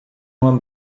uma